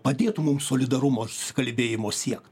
padėtų mum solidarumo ir susikalbėjimo siekt